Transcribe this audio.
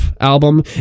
album